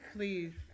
Please